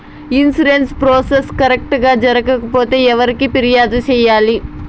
insurance process correct గా జరగకపోతే ఎవరికి ఫిర్యాదు సేయాలి